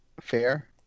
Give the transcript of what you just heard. fair